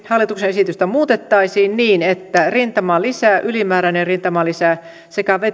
hallituksen esitystä muutettaisiin niin että rintamalisä ylimääräinen rintamalisä sekä